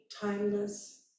timeless